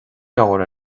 leabhar